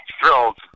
thrilled